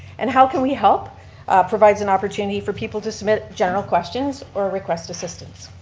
and how can we help provides an opportunity for people to submit general questions or request assistance.